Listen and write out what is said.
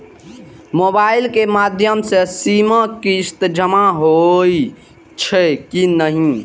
Mobile के माध्यम से सीमा किस्त जमा होई छै कि नहिं?